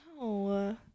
No